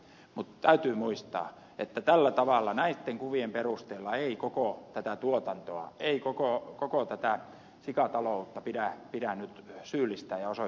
mutta täytyy muistaa että tällä tavalla näitten kuvien perusteella ei koko tätä tuotantoa ei koko tätä sikataloutta pidä nyt syyllistää ja osoittaa sormella